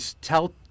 tell